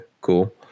cool